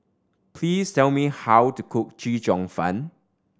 please tell me how to cook Chee Cheong Fun